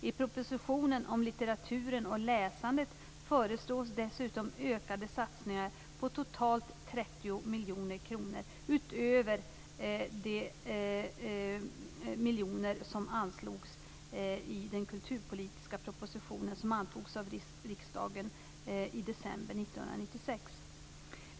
I propositionen om litteraturen och läsandet föreslås dessutom ökade satsningar på totalt 30 miljoner kronor utöver de miljoner som anslogs i den kulturpolitiska proposition som antogs av riksdagen i december 1996.